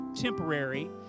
temporary